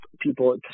people